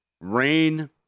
rain